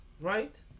right